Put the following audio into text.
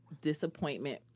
disappointment